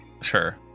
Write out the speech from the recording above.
Sure